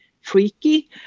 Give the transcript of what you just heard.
freaky